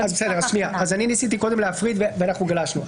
אני ניסיתי קודם להפריד ואנחנו גלשנו.